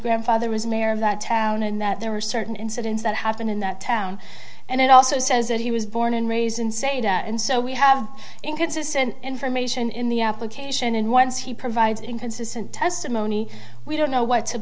grandfather was mayor of that town and that there were certain incidents that happened in that town and it also says that he was born and raised in saida and so we have inconsistent information in the application and once he provides inconsistent testimony we don't know